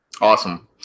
Awesome